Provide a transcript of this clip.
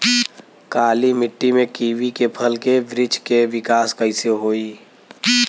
काली मिट्टी में कीवी के फल के बृछ के विकास कइसे होई?